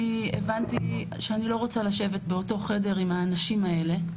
אני הבנתי שאני לא רוצה לשבת באותו חדר עם האנשים האלה.